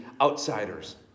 outsiders